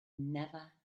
never